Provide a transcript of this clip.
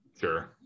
Sure